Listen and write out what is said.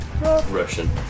Russian